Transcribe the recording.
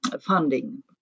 funding